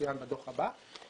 יצוינו בדוח הבא.